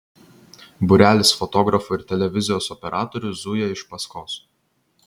būrelis fotografų ir televizijos operatorių zuja iš paskos